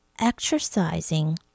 exercising